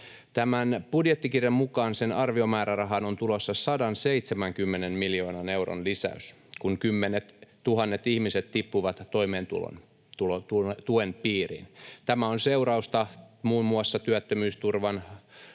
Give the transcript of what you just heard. Tämän budjettikirjan mukaan sen arviomäärärahaan on tulossa 170 miljoonan euron lisäys, kun kymmenettuhannet ihmiset tippuvat toimeentulotuen piiriin. Tämä on seurausta muun muassa työttömyysturvan